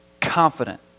confident